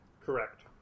Correct